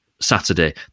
Saturday